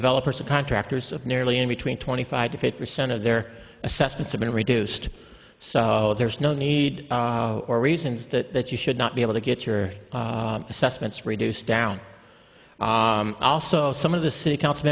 developers of contractors of nearly in between twenty five to fifty percent of their assessments have been reduced so there's no need or reasons that you should not be able to get your assessments reduced down also some of the city council